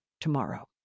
tomorrow